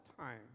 time